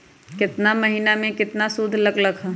केतना महीना में कितना शुध लग लक ह?